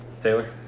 Taylor